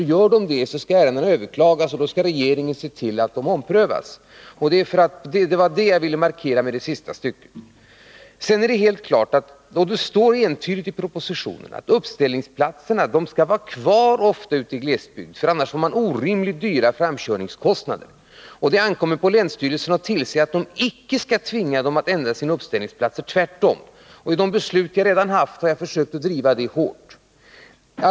Om länsstyrelserna gör detta, skall ärendena överklagas, och då skall regeringen se till att de omprövas. Det var det jag ville markera med det sista stycket i mitt svar. Det uttalas vidare i propositionen entydigt att uppställningsplatserna ofta skall vara kvar ute i glesbygden, eftersom man annars får orimligt höga framkörningskostnader, och att det icke ankommer på länsstyrelserna att tvinga taxiägarna att ändra sina uppställningsplatser — tvärtom. I de beslut jag redan haft att ta ställning till har jag också hårt försökt driva denna linje.